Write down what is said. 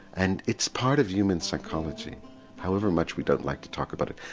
and it's part of human psychology however much we don't like to talk about it.